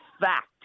fact